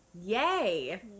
yay